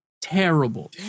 terrible